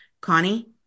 Connie